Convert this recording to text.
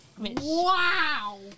Wow